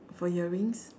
for earrings